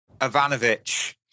Ivanovic